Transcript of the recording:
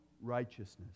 righteousness